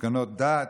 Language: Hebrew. הפגנות דת,